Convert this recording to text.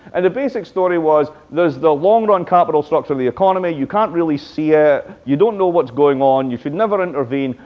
and the basic story was there's the long run capital structure of the economy, you can't really see it, ah you don't know what's going on, you should never intervene.